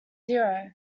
zero